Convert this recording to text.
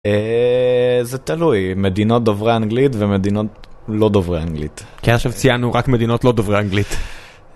זה תלוי, מדינות דוברי אנגלית ומדינות לא דוברי אנגלית. כי עכשיו ציינו רק מדינות לא דוברי אנגלית.